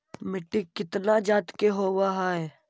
मिट्टी कितना जात के होब हय?